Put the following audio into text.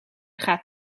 gaat